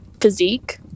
physique